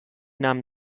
nahm